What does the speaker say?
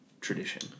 tradition